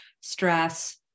stress